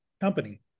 company